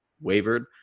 wavered